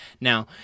Now